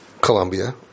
Colombia